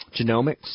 Genomics